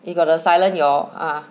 you got to silent your ah